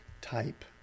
type